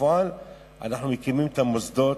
בפועל אנחנו מקימים את המוסדות,